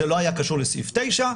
זה לא היה קשור לסעיף 9,